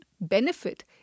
benefit